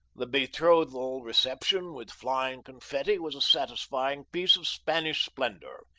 the betrothal reception with flying confetti was a satisfying piece of spanish splendor.